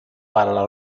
para